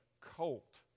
colt